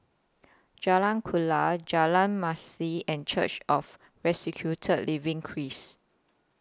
Jalan Kuala Jalan Masjid and Church of Resurrected Living Christ